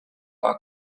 d’un